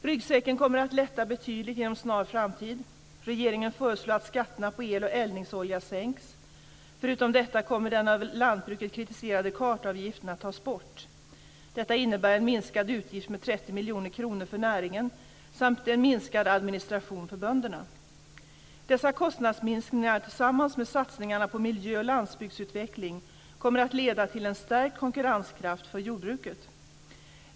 Ryggsäcken kommer att lätta betydligt inom en snar framtid. Regeringen föreslår att skatterna på el och eldningsolja sänks. Förutom detta kommer den av lantbruket kritiserade kartavgiften att tas bort. Detta innebär en minskad utgift med 30 miljoner kronor för näringen samt en minskad administration för bönderna. Dessa kostnadsminskningar tillsammans med satsningarna på miljö och landsbygdsutveckling kommer att leda till en stärkt konkurrenskraft för jordbruket.